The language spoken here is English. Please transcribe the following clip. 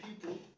people